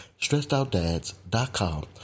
stressedoutdads.com